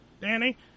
Danny